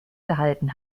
gehalten